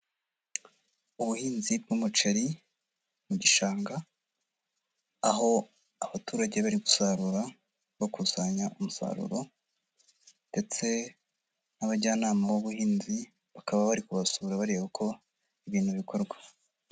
Ubuhinzi bw'umuceri mu gishanga aho abaturage bari gusarura bakusanya umusaruro ndetse n'abajyanama b'ubuhinzi, bakaba bari kubasura bareba uko ibintu bikorwa.